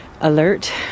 alert